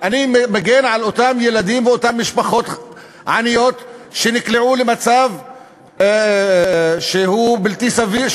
אני מגן על אותם ילדים ואותן משפחות עניות שנקלעו למצב שהוא בלתי סביר,